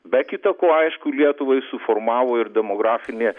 be kita ko aišku lietuvai suformavo ir demografinė